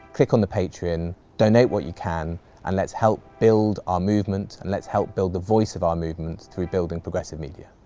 click on the patreon donate what you can and let's help build our movement, and let's help build the voice of our movements through building progressive media